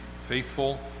faithful